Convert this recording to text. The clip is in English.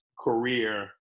career